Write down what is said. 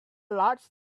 large